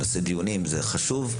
נקיים דיונים זה חשוב,